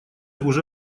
уже